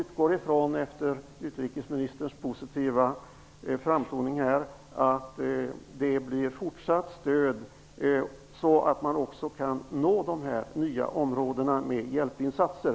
Efter utrikesministerns positiva framtoning här utgår jag från att det skall bli ett fortsatt stöd så att de nya områdena kan nås med hjälpinsatser.